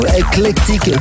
eclectic